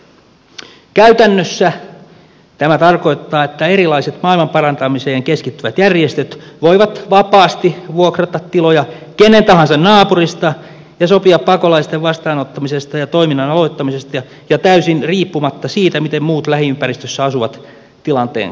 käytännössä tämä tarkoittaa että erilaiset maailmanparantamiseen keskittyvät järjestöt voivat vapaasti vuokrata tiloja kenen tahansa naapurista ja sopia pakolaisten vastaanottamisesta ja toiminnan aloittamisesta ja täysin riippumatta siitä miten muut lähiympäristössä asuvat tilanteen kokevat